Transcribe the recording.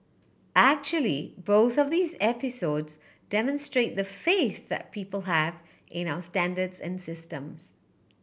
actually both of these episodes demonstrate the faith that people have in our standards and systems